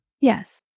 Yes